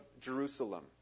Jerusalem